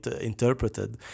interpreted